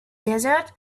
desert